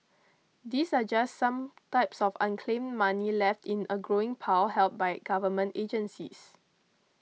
these are just some types of unclaimed money left in a growing pile held by government agencies